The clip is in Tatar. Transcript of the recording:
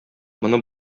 моны